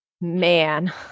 man